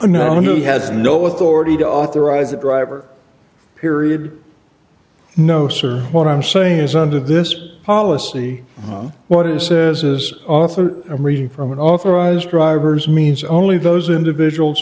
no no he has no authority to authorize a driver period no sir what i'm saying is under this policy what it says is author a reading from an authorized drivers means only those individuals